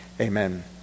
Amen